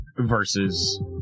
Versus